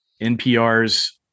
NPR's